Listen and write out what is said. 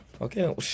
Okay